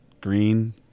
green